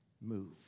move